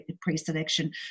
pre-selection